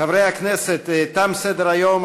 חברי הכנסת, תם סדר-היום.